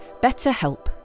BetterHelp